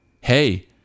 Hey